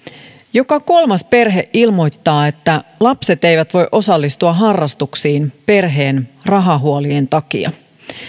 joka kolmas perhe ilmoittaa että lapset eivät voi osallistua harrastuksiin perheen rahahuolien takia